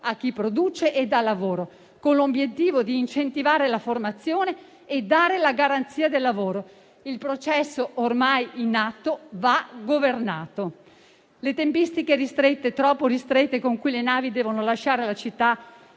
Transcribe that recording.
a chi produce e dà lavoro, con l'obiettivo di incentivare la formazione e dare la garanzia del lavoro. Il processo, ormai in atto, va governato. Le tempistiche ristrette, troppo ristrette, con cui le navi devono lasciare la città,